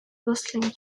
bustling